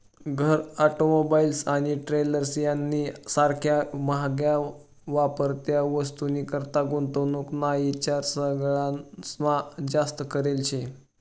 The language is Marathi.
घर, ऑटोमोबाईल आणि ट्रेलर्स यानी सारख्या म्हाग्या वापरत्या वस्तूनीकरता गुंतवणूक ना ईचार सगळास्मा जास्त करेल शे